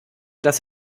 dass